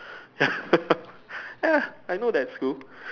ya I know that school